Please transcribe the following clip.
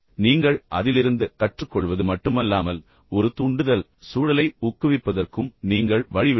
நீங்கள் அதிலிருந்து கற்றுக்கொள்வது மட்டுமல்லாமல் ஒரு தூண்டுதல் சூழலை ஊக்குவிப்பதற்கும் நீங்கள் வழிவிடுவீர்கள்